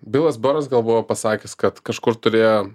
bilas boras gal buvo pasakęs kad kažkur turėjo